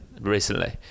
recently